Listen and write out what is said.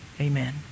Amen